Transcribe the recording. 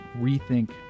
rethink